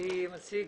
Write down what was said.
מי מציג?